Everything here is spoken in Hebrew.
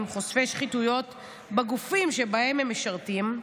חושפי שחיתויות בגופים שבהם הם משרתים,